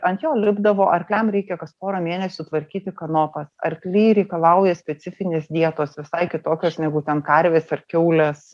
ant jo lipdavo arkliam reikia kas porą mėnesių tvarkyti kanopas arkliai reikalauja specifinės dietos visai kitokios negu ten karvės ar kiaulės